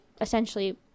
essentially